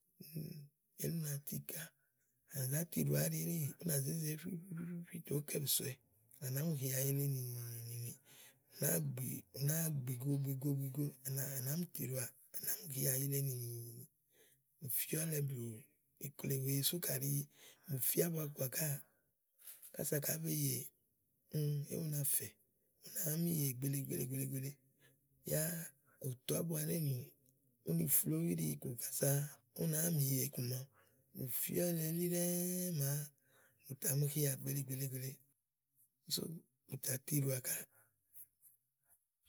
Elí ú nati ká. À nà zá tiɖòà áɖi elíì, ú nà zo nyo tè ùú kɛ bìsowɛ, à nàáá mi hìià yìile yìile yìileè. ù nàáa gbì, ù náàa gbìgo gbìgo gbìgo, à nàáá mì tìiɖòà, à nàáá mi hìia yìile yìile yìileè. ù fìɔ́lɛ blù ikle wèe sú kàɖi bù fi ábua kɔà káà, ása kàá mi yèè mì yèè éwu na fɛ̀ ù nàáá mi yè gbèele gbèele gbèele, yá òto ábua néènù úni flòówu íɖì kò kása ú náa mì yè iku màaɖu. ù fíɔlɛ elí ɖɛ́ɛ́ màa bù tà mi hià gbèele gbèele gbèele. úni sú bù tà tiɖòà káà.